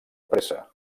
pressa